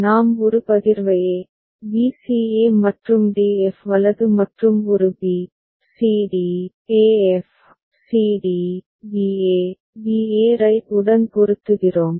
நாம் ஒரு பகிர்வை a b c e மற்றும் d f வலது மற்றும் ஒரு b c d e f c d b a b a right உடன் பொருத்துகிறோம்